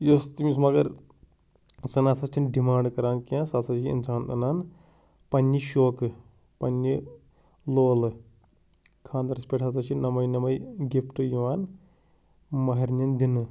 یۄس تٔمِس مگر سۄ نَہ سا چھَنہٕ ڈِمانٛڈ کَران کیٚنٛہہ سۄ ہَسا چھِ اِنسان اَنان پننہِ شوقہٕ پننہِ لولہٕ خانٛدَرَس پٮ۪ٹھ ہَسا چھِ نَمَے نَمَے گِفٹہٕ یِوان ماہرِنیٚن دِنہٕ